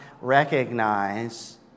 recognize